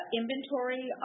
inventory